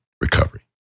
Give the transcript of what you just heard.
recovery